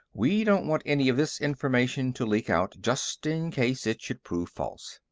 we don't want any of this information to leak out, just in case it should prove false.